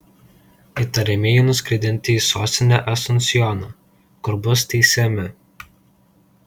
įtariamieji nuskraidinti į sostinę asunsjoną kur bus teisiami